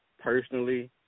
personally